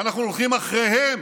ואנו הולכים אחריהם,